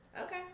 Okay